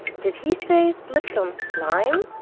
did he say slipped on slime?